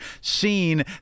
seen